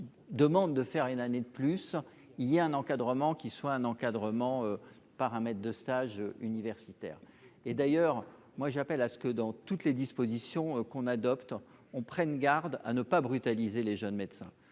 leur. Demande de faire une année de plus, il y a un encadrement qui soit un encadrement par un maître de stage universitaires et d'ailleurs moi j'appelle à ce que dans toutes les dispositions qu'on adopte on prenne garde à ne pas brutaliser les jeunes médecins.